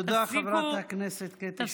תודה, חברת הכנסת קטי שטרית.